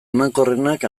emankorrenak